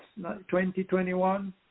2021